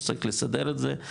צריך לסדר את זה,